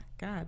God